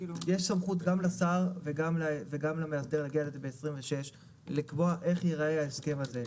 סמכו לשר וגם למאסדר ב-26 לקבוע איך ייראה ההסכם הזה.